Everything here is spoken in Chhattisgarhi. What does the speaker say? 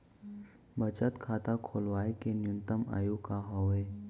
बचत खाता खोलवाय के न्यूनतम आयु का हवे?